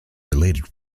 related